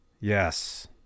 Yes